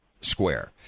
square